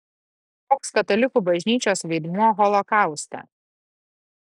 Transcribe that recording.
koks katalikų bažnyčios vaidmuo holokauste